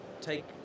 take